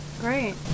Great